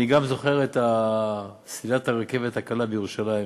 אני גם זוכר את סלילת הרכבת הקלה בירושלים.